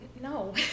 no